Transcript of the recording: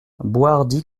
boishardy